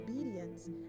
obedience